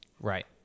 Right